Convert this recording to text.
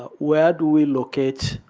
ah where do we locate